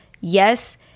yes